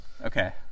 Okay